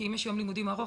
כי אם יש יום לימודים ארוך,